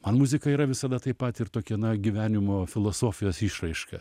man muzika yra visada taip pat ir tokia na gyvenimo filosofijos išraiška